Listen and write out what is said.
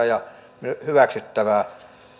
ja hyväksyttävää